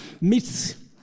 meets